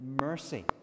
mercy